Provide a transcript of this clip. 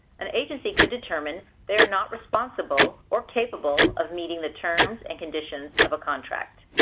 an agency could determine they are not responsible, or capable of, meeting the terms and conditions of a contract.